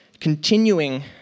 Continuing